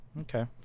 Okay